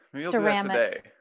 ceramics